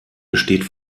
besteht